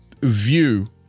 view